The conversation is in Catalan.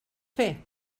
fer